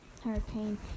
hurricane